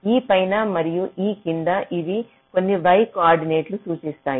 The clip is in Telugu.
e పైన మరియు e కింద అవి కొన్ని y కోఆర్డినేట్లను సూచిస్తాయి